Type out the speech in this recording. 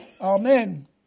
Amen